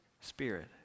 spirit